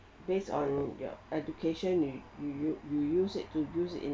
based on your education you you you use it to use it in